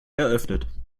eröffnet